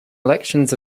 elections